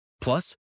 Plus